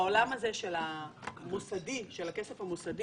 בעולם הזה של הכסף המוסדי